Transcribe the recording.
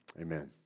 Amen